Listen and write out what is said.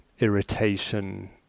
Irritation